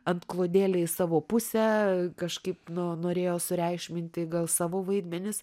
antklodėlę į savo pusę kažkaip nu norėjo sureikšminti gal savo vaidmenis